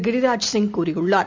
கிரிராஜ் சிங் கூறியுள்ளார்